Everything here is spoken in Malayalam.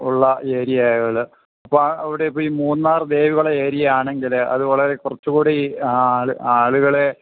ഉള്ള ഏരിയാകള് അപ്പോള് അവിടെ ഇപ്പോഴീ മൂന്നാർ ദേവികുളം ഏരിയ ആണെങ്കില് അതു വളരെ കുറച്ചുകൂടി ആള് ആളുകളെ